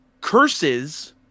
curses